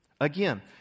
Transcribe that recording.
Again